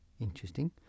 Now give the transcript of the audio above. Interesting